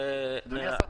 אדוני השר,